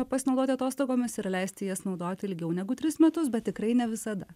pasinaudoti atostogomis ir leisti jas naudoti ilgiau negu tris metus bet tikrai ne visada